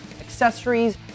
accessories